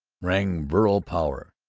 rang virile power.